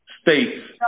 states